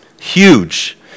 Huge